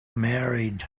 married